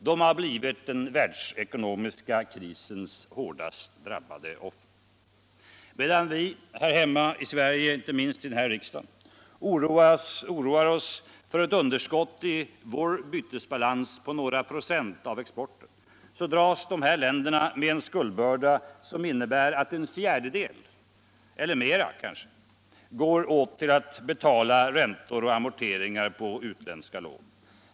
De har blivit den världsekonomiska krisens hårdast drabbade offer. Medan vi här hemma i Sverige oroar oss för ett underskott i vår bytesbalans på några procent av exporten, dras dessa länder med en skuldbörda som innebär att en fjärdedel, eller kanske mera, går åt till att betala räntor och amorteringar på utländska lån.